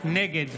נגד